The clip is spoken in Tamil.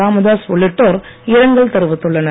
ராமதாஸ் உள்ளிட்டோர் இரங்கல் தெரிவித்துள்ளனர்